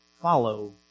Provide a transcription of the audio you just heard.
follow